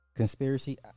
conspiracy